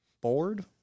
board